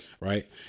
Right